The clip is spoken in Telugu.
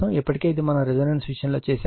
ఇప్పటికే ఇది మనము రెసోనెన్స్ విషయం లో చేసాము